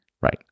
Right